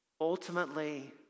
Ultimately